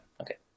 Okay